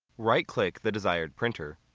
right click the desired printer.